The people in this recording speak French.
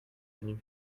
venu